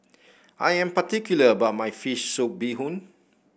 I am particular about my fish soup Bee Hoon